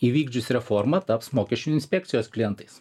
įvykdžius reformą taps mokesčių inspekcijos klientais